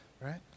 right